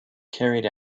carried